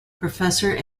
professor